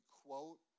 quote